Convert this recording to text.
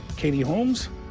katie holmes?